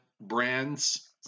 brands